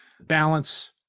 Balance